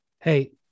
Hey